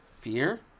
fear